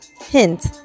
Hint